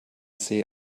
see